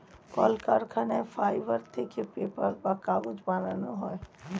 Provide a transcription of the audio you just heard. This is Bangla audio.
কলকারখানায় ফাইবার থেকে পেপার বা কাগজ বানানো হয়